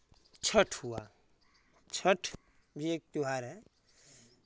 छठ हुआ छठ भी एक त्यौहार है